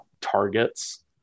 targets